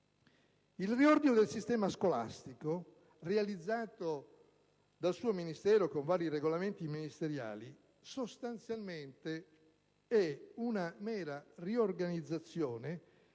Il riordino del sistema scolastico, realizzato dal suo Ministero con vari regolamenti ministeriali, sostanzialmente è una mera riorganizzazione